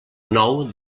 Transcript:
nou